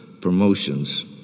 promotions